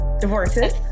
Divorces